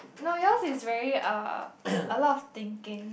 no yours is very uh a lot of thinking